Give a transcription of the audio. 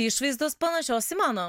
išvaizdos panašios į mano